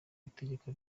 itegeko